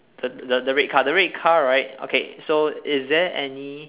the the the red car the red car right okay so is there any